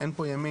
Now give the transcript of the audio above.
אין פה ימין,